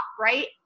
right